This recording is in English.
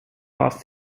off